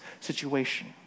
situation